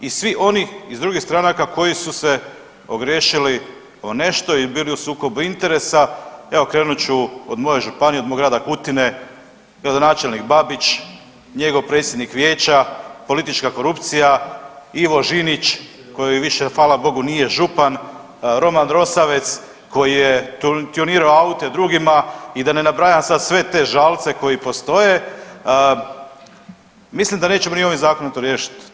I svi oni iz drugih stranaka koji su se ogriješili o nešto i bili u sukobu interesa, evo krenut ću od moje županije, od mog grada Kutine, gradonačelnik Babić, njegov predsjednik vijeća, politička korupcija, Ivo Žinić koji više hvala bogu nije župan, Roman Rosavec koji je tjunirao aute drugima i da ne nabrajam sad sve te Žalce koji postoje, mislim da nećemo ni ovim zakonom to riješit.